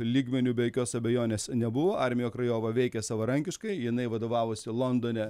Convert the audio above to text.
lygmeniu be jokios abejonės nebuvo armija krajova veikė savarankiškai jinai vadovavusi londone